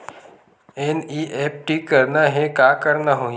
NEFT करना हे का करना होही?